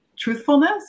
truthfulness